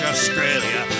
Australia